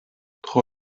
tro